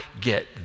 get